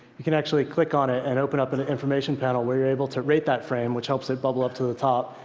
you can actually click on it and open up an information panel where you're able to rate that frame, which helps it bubble up to the top.